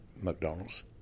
McDonald's